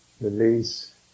release